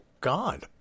God